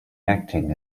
acting